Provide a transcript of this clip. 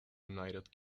united